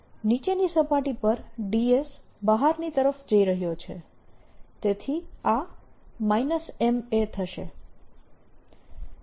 નીચેની સપાટી પર dS બહારની તરફ જઈ રહ્યો છે તેથી આ Ma થશે